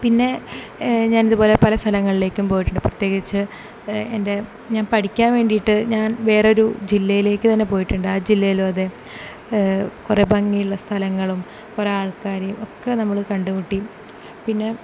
പിന്നെ ഞാൻ ഇതുപോലെ പല സലങ്ങളിലേയ്ക്കും പോയിട്ടുണ്ട് പ്രത്യേകിച്ച് എൻ്റെ ഞാൻ പഠിക്കാൻ വേണ്ടിയിട്ട് ഞാൻ വേറെ ഒരു ജില്ലയിലേക്ക് തന്നെ പോയിട്ടുണ്ട് ആ ജില്ലയിലും അതേ കുറേ ഭംഗിയുള്ള സ്ഥലങ്ങളും കുറേ ആൾക്കാരെയും ഒക്കെ നമ്മൾ കണ്ടു മുട്ടി പിന്നെ